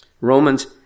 Romans